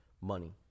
money